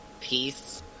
peace